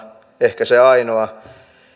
ehkä se ainoa